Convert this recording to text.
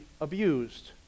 abused